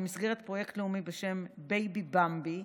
במסגרת פרויקט לאומי בשם "בייבי במבי",